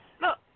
look